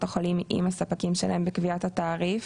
החולים עם הספקים שלהם בקביעת התעריף,